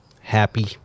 happy